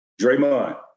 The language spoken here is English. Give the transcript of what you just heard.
Draymond